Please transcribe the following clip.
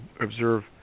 observe